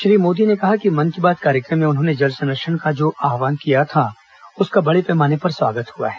श्री मोदी ने कहा कि मन की बात कार्यक्रम में उन्होंने जल संरक्षण का जो आह्वान किया था उसका बड़े पैमाने पर स्वागत हुआ है